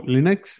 Linux